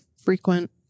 frequent